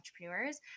entrepreneurs